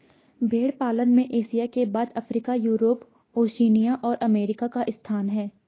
भेंड़ पालन में एशिया के बाद अफ्रीका, यूरोप, ओशिनिया और अमेरिका का स्थान है